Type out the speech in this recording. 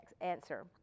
answer